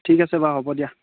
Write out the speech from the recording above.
ঠিক আছে বাৰু হ'ব দিয়া